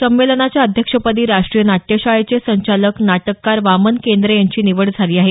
संमेलनाच्या अध्यक्षपदी राष्ट्रीय नाट्यशाळेचे संचालक नाटककार वामन केंद्रे यांची निवड झाली आहे